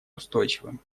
устойчивым